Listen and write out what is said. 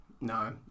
No